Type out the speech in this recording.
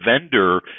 vendor